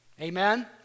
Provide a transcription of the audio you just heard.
Amen